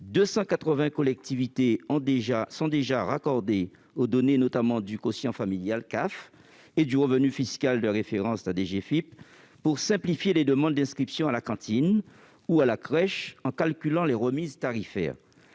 280 collectivités sont déjà raccordées aux données du quotient familial de la CAF et du revenu fiscal de référence de la DGFiP pour simplifier les demandes d'inscription à la cantine ou à la crèche en calculant les remises tarifaires